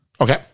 Okay